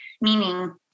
meaning